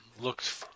looked